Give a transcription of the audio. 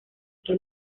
que